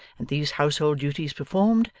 and these household duties performed,